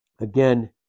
again